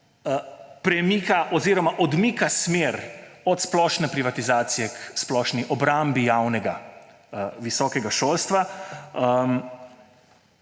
premika oziroma odmika smer od splošne privatizacije k splošni obrambi javnega visokega šolstva.